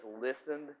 listened